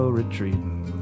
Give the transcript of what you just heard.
retreating